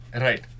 Right